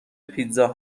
پیتزا